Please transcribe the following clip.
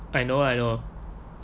I know I know